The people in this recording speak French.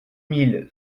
mille